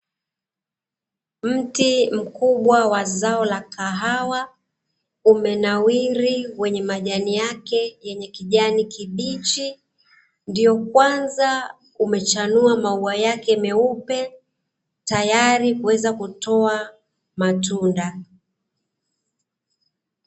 Mti mkubwa wa zao la kahawa, umenawiri wenye majani yake yenye kijani kibichi, ndiyo kwanza umechanua maua yake meupe, tayari kuweza kutoa matunda.